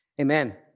Amen